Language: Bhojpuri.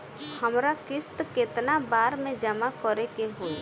हमरा किस्त केतना बार में जमा करे के होई?